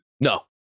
No